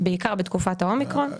בעיקר בתקופת האומיקרון.